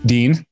Dean